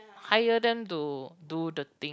hire them to do the thing